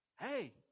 hey